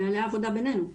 נהלי העבודה בינינו.